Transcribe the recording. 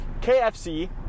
KFC